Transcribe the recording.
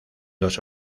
dos